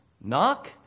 knock